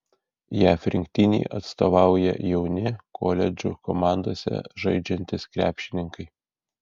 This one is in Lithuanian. jav rinktinei atstovauja jauni koledžų komandose žaidžiantys krepšininkai